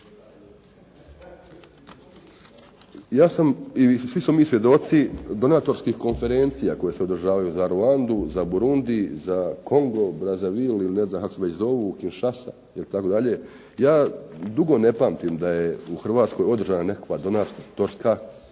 Ja sam i svi smo mi svjedoci donatorskim konferencija koje se održavaju za Ruandu, za Burundi, za Kongo, Brazavil ili ne znam kako se već zovu … /Govornik se ne razumije./… itd. Ja dugo ne pamtim da je u Hrvatskoj održana nekakva donatorska